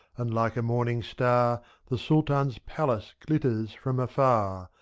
and like a morning star the sultan's palace glitters from afar.